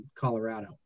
Colorado